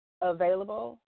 available